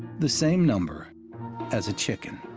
the same number as a chicken,